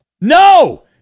No